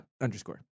underscore